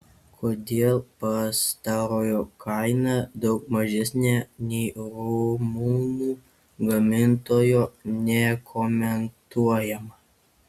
kodėl pastarojo kaina daug mažesnė nei rumunų gamintojo nekomentuojama